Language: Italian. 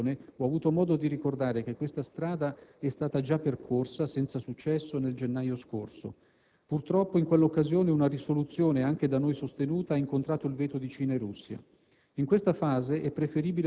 e ad un'eventuale risoluzione, ho avuto modo di ricordare che questa strada è stata già percorsa, senza successo, nel gennaio scorso. Purtroppo, in quell'occasione, una risoluzione, anche da noi sostenuta, ha incontrato il veto di Cina e Russia.